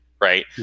right